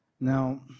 Now